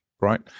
right